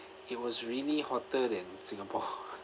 it was really hotter than singapore